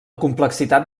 complexitat